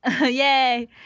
yay